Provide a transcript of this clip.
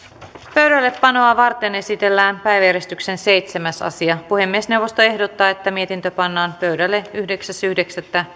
pöydällepanoa varten esitellään päiväjärjestyksen seitsemäs asia puhemiesneuvosto ehdottaa että mietintö pannaan pöydälle yhdeksäs yhdeksättä